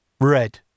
Red